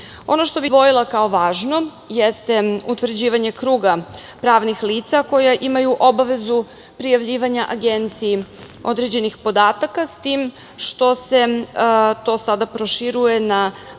što bih izdvojila kao važno jeste utvrđivanje kruga pravnih lica koja imaju obavezu prijavljivanja agenciji određenih podataka, s tim što se to sada proširuje na